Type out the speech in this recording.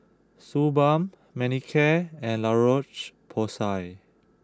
Suu Balm Manicare and La Roche Porsay